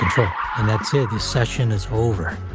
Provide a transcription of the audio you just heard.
um and that's it, this session is over.